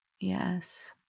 Yes